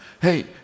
Hey